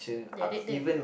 ya that that